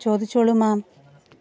ചോദിച്ചോളൂ മാം